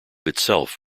itself